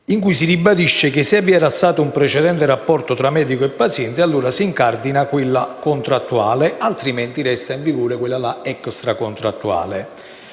infatti, che, se vi era stato un precedente rapporto tra medico e paziente, allora si incardina quella contrattuale, altrimenti resta in vigore quella extra contrattuale.